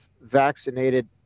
vaccinated